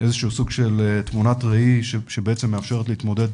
איזה שהוא סוג של תמונת ראי שמאפשרת להתמודד